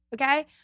okay